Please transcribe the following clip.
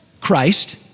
Christ